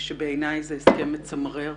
בעיני זה הסכם מצמרר,